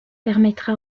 permettra